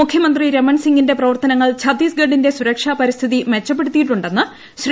മുഖ്യമന്ത്രി രമൺസിംഗിന്റെ പ്രവർത്തനങ്ങൾ ഛത്തീസ്ഗഡിന്റെ സുരക്ഷാ പരിസ്ഥിതി മെച്ചപ്പെടുത്തിയിട്ടുണ്ടെന്ന് ശ്രീ